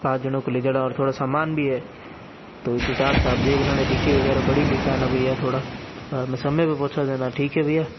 पाँच जनों को ले जाना और थोड़ा सामान भी है तो इस हिसाब से आप देख लेना डिक्की वगैरह बड़ी लेके आना भैया थोड़ा और हमें समय पे पहुँचा देना ठीक है भैया